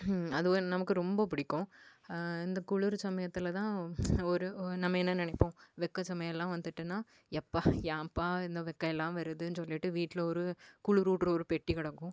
அதுவே நமக்கு ரொம்ப பிடிக்கும் இந்த குளிரு சமயத்தில்தான் ஒரு நம்ம என்ன நினைப்போம் வெக்கை சமயம்லாம் வந்துட்டுன்னால் எப்பா ஏன்பா இந்த வெக்கையலாம் வருதுன்னு சொல்லிட்டு வீட்டில ஒரு குளிரூற்ற ஒரு பெட்டி கிடக்கும்